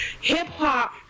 Hip-hop